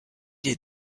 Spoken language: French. les